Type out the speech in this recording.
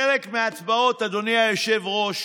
חלק מההצבעות, אדוני היושב-ראש,